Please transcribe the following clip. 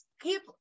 Keep